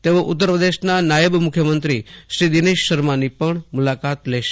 તેઓ ઉત્તરપ્રદેશના નાયબ મુખ્યમંત્રી શ્રી દિનેશ શર્માની પણ મુલાકાત લેશે